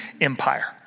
empire